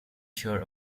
tear